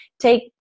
take